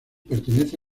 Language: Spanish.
pertenece